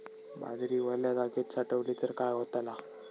बाजरी वल्या जागेत साठवली तर काय होताला?